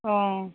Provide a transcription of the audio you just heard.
অ